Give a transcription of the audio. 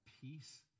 peace